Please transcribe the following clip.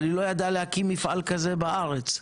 אבל היא לא ידעה להקים מפעל כזה בארץ.